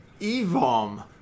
Evom